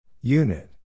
Unit